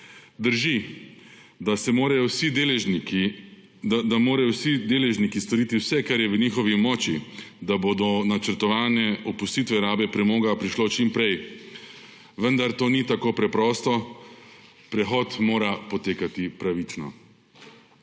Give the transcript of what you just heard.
Drži, da morajo vsi deležniki storiti vse, kar je v njihovi moči, da bo do načrtane opustitve rabe premoga prišlo čim prej, vendar to ni tako preprosto. Prehod mora potekati pravično.